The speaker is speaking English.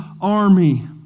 army